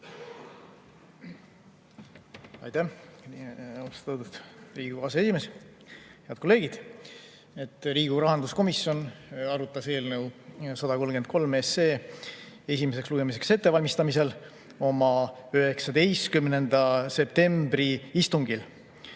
Riigikogu rahanduskomisjon arutas eelnõu 253 esimeseks lugemiseks ettevalmistamisel oma 19. septembri istungil.